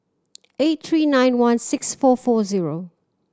eight three nine one six four four zero